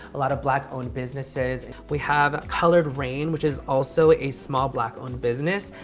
a lot of black owned businesses. we have coloured raine, which is also a small black owned business.